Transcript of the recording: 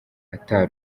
ata